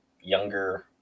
younger